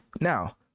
Now